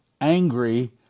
angry